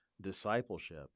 discipleship